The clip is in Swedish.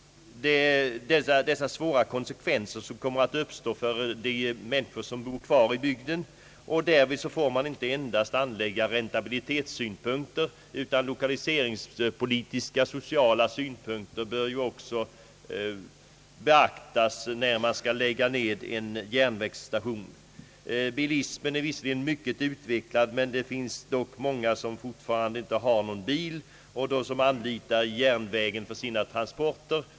Man bör vid nedläggningar som planeras också beakta de svåra konsekvenser, som kommer att uppstå för de människor som bor kvar i bygden. Därvid får man inte endast anlägga räntabilitetssynpunkter utan bör också beakta lokaliseringspolitiska och sociala synpunkter. Bilismen är visserligen mycket utvecklad. Det finns dock många som fortfarande inte har någon bil och som anlitar järnvägen för sina transporter.